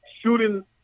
shooting